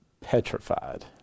petrified